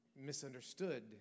Misunderstood